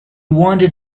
wanted